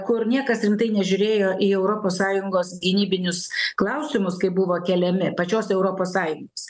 kur niekas rimtai nežiūrėjo į europos sąjungos gynybinius klausimus kai buvo keliami pačios europos sąjungos